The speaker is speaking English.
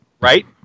Right